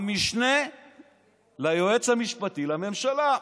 המשנה ליועץ המשפטי לממשלה.